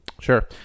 Sure